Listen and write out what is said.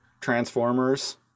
transformers